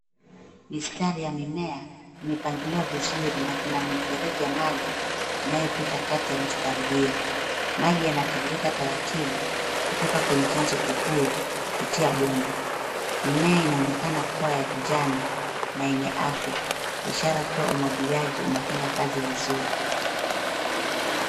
Mistari ya mimea imepangiliwa vizuri kuna mfereji ya maji inayopita kati ya mistari hiyo, maji yanatiririka taribu kutoka kwenye chanzo kikuu kupitia pomba, mimea inaonekana kuwa ya kijani na enye afya ishara kuwa umwagiliaji unafanya kazi vizuri.